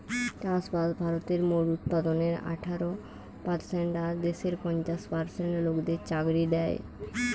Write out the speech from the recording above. চাষবাস ভারতের মোট উৎপাদনের আঠারো পারসেন্ট আর দেশের পঞ্চাশ পার্সেন্ট লোকদের চাকরি দ্যায়